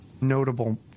notable